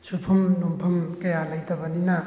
ꯁꯨꯐꯝ ꯅꯣꯝꯐꯝ ꯀꯌꯥ ꯂꯩꯇꯕꯅꯤꯅ